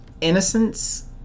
Innocence